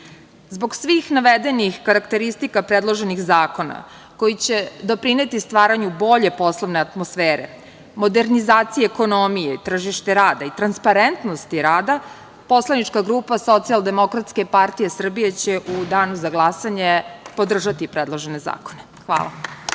svih navedenih karakteristika predloženih zakona koji će doprineti stvaranju bolje poslovne atmosfere, modernizacije ekonomije, tržište rada i transparentnosti rada, Poslanička grupa Socijaldemokratske partije Srbije će u danu za glasanje podržati predložene zakone. Hvala.